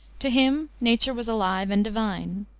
to him nature was alive and divine.